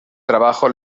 trabajó